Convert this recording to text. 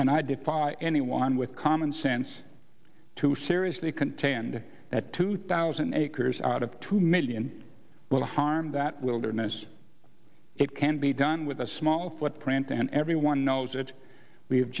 and i defy anyone with common sense to seriously contend that two thousand acres out of two million will harm that wilderness it can be done with a small footprint and everyone knows that we